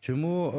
Чому